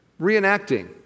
Reenacting